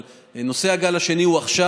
אבל נושא הגל השני הוא עכשיו,